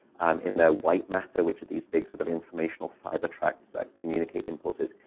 um in their white matter, which are these big sort of informational fiber tracts that communicate impulses.